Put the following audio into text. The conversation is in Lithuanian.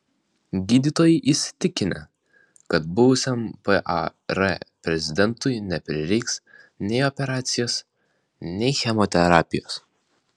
gydytojai įsitikinę kad buvusiam par prezidentui neprireiks nei operacijos nei chemoterapijos